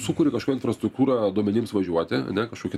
sukuri kažkokią infrastruktūrą duomenims važiuoti ane kažkokį